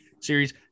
series